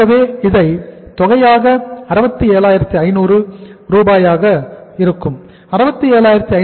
ஆகவே இது அதை தொகையான 67500 ஆகும்